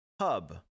Hub